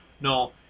No